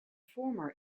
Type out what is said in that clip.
former